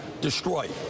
destroyed